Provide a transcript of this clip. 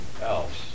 else